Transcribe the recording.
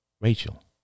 Rachel